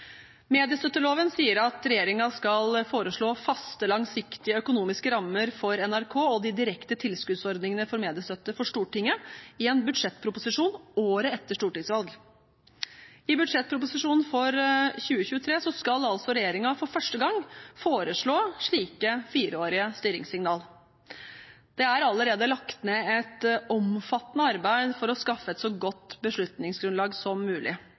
Mediestøtteloven sier at regjeringen skal foreslå faste, langsiktige økonomiske rammer for NRK og de direkte tilskuddsordningene for mediestøtte for Stortinget i en budsjettproposisjon året etter stortingsvalg. I budsjettproposisjonen for 2023 skal altså regjeringen for første gang foreslå slike fireårige styringssignal. Det er allerede lagt ned et omfattende arbeid for å skaffe et så godt beslutningsgrunnlag som mulig.